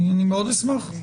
אני מאוד אשמח.